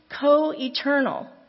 co-eternal